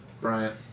Bryant